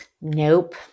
Nope